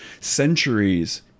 centuries